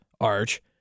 Arch